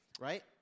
right